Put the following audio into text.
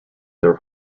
their